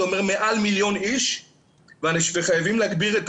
זה אומר מעל מיליון איש וחייבים להגביר את